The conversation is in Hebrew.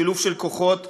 שילוב של כוחות מהעולם,